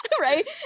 right